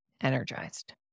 energized